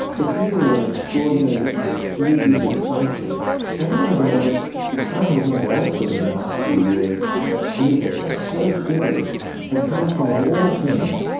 it's really an an extraordinary distributed function and i think one of the most exciting things that i've seen in the last few years that shows that just so clearly has come from, of all things,